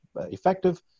effective